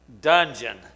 dungeon